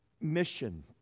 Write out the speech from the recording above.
mission